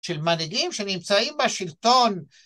של מנהיגים שנמצאים בשלטון